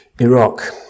Iraq